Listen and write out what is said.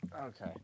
Okay